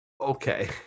Okay